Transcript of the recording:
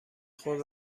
خود